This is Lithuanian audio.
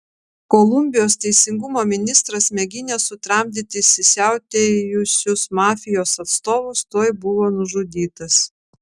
kolumbijos teisingumo ministras mėginęs sutramdyti įsisiautėjusius mafijos atstovus tuoj buvo nužudytas